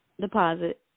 Deposit